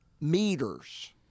meters